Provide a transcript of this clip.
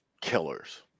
killers